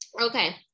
Okay